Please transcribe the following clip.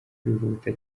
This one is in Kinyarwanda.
kwihuta